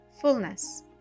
fullness